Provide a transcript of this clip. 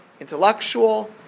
intellectual